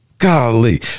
Golly